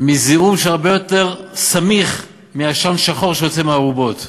זיהום הרבה יותר סמיך מעשן שחור שיוצא מהארובות.